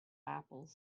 apples